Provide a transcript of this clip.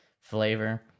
flavor